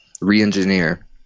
re-engineer